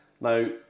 Now